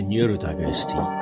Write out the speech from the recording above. Neurodiversity